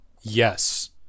Yes